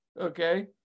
okay